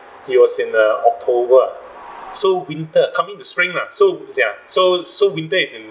it was in err october uh so winter coming to spring ah so ya so so winter is in